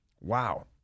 Wow